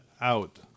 out